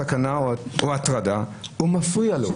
סכנה או הטרדה או מפריע לו,